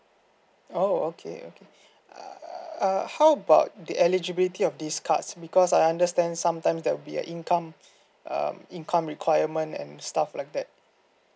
oh okay okay err how about the eligibility of these cards because I understand sometimes there will be a income um income requirement and stuff like that